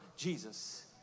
Jesus